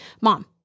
Mom